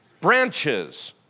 branches